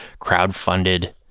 crowdfunded